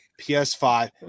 PS5